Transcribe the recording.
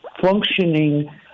functioning